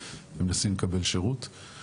לעומת החציון הראשון בשנת 2021 שהיה